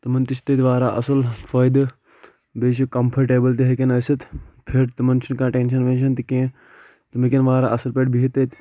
تِمَن تہِ چھِ تَتہِ واراہ اصٕل فٲیدٕ بیٚیہِ چھِ کَمفٹیبٕل تہِ ہیٚکَن ٲسِتھ فِٹ تِمن چھُنہٕ کیٚنٛہہ ٹٮ۪نشٮ۪ن وٮ۪نشٮ۪ن تہِ کینہہ تٕم ہیٚکَن واریاہ اصٕل پٲٹھۍ بِہِتھ تَتہِ